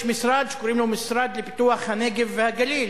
יש משרד שקוראים לו המשרד לפיתוח הנגב והגליל.